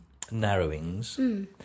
narrowings